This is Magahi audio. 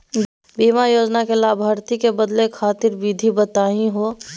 बीमा योजना के लाभार्थी क बदले खातिर विधि बताही हो?